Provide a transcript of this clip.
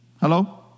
Hello